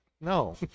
No